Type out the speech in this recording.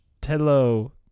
Tello